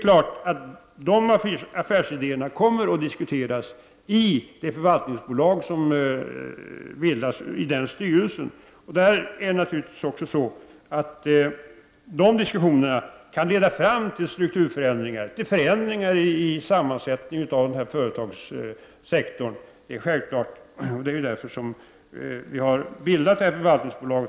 Dessa affärsideér kommer naturligtvis att diskuteras i styrelsen för det förvaltningsföretag som kommer att bildas. Dessa diskussioner kan naturligtvis leda fram till strukturförändringar och till förändringar i sammansättningen av företagssektorn. Det är självklart — det är ju därför som vi har bildat detta förvaltningsbolag.